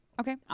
Okay